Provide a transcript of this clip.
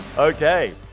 Okay